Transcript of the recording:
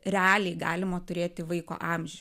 realiai galimo turėti vaiko amžių